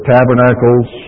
Tabernacles